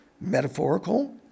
metaphorical